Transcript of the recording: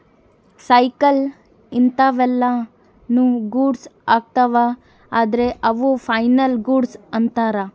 cycle ಇಂತವೆಲ್ಲ ನು goods ಅಗ್ತವ ಅದ್ರ ಅವು ಫೈನಲ್ ಗೂಡ್ಸ್ ಅಂತರ್